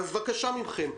אז בבקשה מכם,